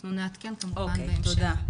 ואנחנו נעדכן כמובן בהמשך.